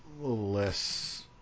less